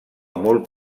molt